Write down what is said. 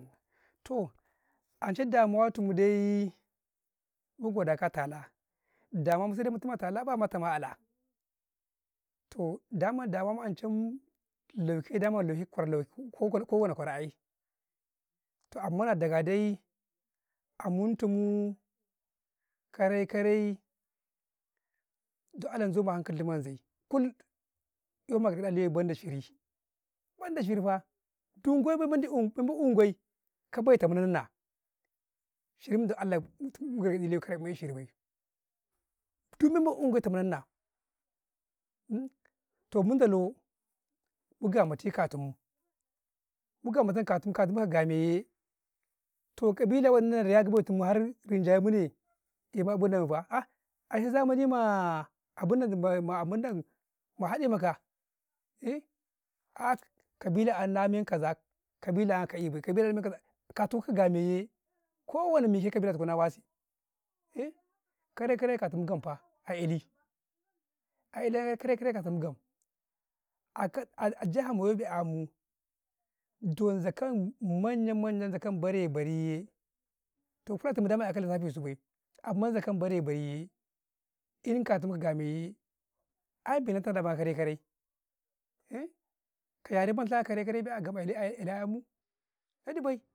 ﻿Toh ancai damuwa tu mu dai, mun goda ka a talah, da ma mutu me, a talah baa, mati me a'laa, toh daman, ancai mu lauke dama lauke dama ka kwarau-ka kwarau ai, ko ɗakwarau ko ɗakwarau ayy, toh amman na daga dai amuntu muu, karai-karai do Allah zama hau kali man zay, kul gargadi wa lewai banda ciri, banda ciri faa, ka bay ta murna shiryu dan Allah ku eh ciri bai, tun gu mu 'yeta mun na munda lau mu ga mati katum, mu ga matu katum, ka mu ga may yee, to kabila wadin na 'ya ga betun rinjaya mu ne, eh mu abu ne fa ah aye zamani ma abu ne ma abu ne ma haɗe ma ka, eh an kabila 'yan na men kaza, kabila 'yanka ka'i bay, kabila na men zaka ,toh ka ga may yee ko wadi mike kabila, tu ku nawasi, karai-karai ka tumu gam fa, a ǩyali, ǩyali ai karai-karai katu mu gam, a jiha ma yobe amuu, don zakan manya manya, zakan bare-bari ye, in katu mu ka ga may yee, ai fi ɗan nakau karai-karai ka yare man zaka karai-karai bay.